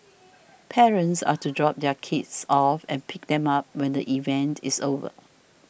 parents are to drop their kids off and pick them up when the event is over